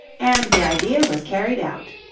and the idea was carried out.